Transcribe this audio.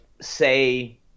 say